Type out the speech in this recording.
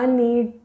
need